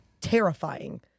terrifying